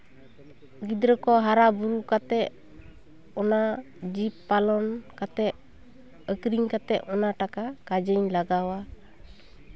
ᱜᱤᱫᱽᱨᱟᱹ ᱠᱚ ᱦᱟᱨᱟᱼᱵᱩᱨᱩ ᱠᱟᱛᱮᱜ ᱚᱱᱟ ᱡᱤᱵᱽ ᱯᱟᱞᱚᱱ ᱠᱟᱛᱮᱜ ᱟᱹᱠᱷᱨᱤᱧ ᱠᱟᱛᱮᱜ ᱚᱱᱟ ᱴᱟᱠᱟ ᱠᱟᱡᱮᱧ ᱞᱟᱜᱟᱣᱟ